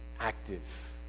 active